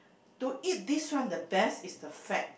to eat this one the best is the fat